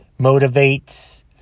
Motivates